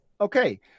Okay